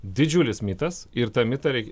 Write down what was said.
didžiulis mitas ir tą mitą reikia